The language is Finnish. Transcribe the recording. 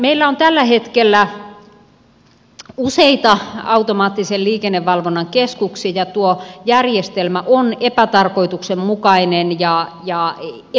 meillä on tällä hetkellä useita automaattisen liikennevalvonnan keskuksia ja tuo järjestelmä on epätarkoituksenmukainen ja epätaloudellinen